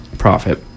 Profit